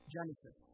Genesis